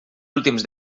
últims